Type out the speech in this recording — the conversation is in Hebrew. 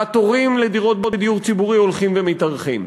והתורים לדירות בדיור ציבורי הולכים ומתארכים.